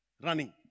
running